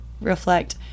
reflect